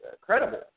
credible